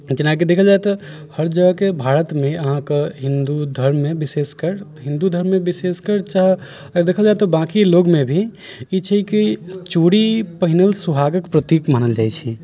जेनाकि देखल जाय तऽ हर जगहके भारतमे अहाँकेँ हिंदू धर्ममे विशेषकर हिंदू धर्ममे विशेषकर चाहे देखल जाय तऽ बाँकी लोगमे भी ई छै कि चूड़ी पहिनो सुहागके प्रतीक मानल जाइत छै